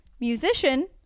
Musician